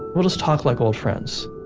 we'll just talk like old friends.